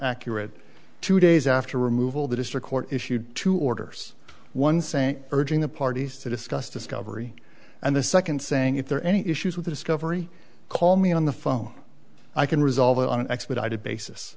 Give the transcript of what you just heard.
accurate two days after removal the district court issued two orders one saying urging the parties to discuss discovery and the second saying if there are any issues with the discovery call me on the phone i can resolve it on an expedited basis